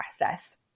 process